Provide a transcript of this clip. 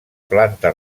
planta